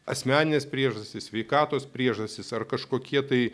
asmeninės priežastys sveikatos priežastis ar kažkokie tai